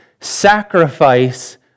sacrifice